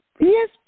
Yes